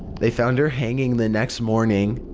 they found her hanging the next morning.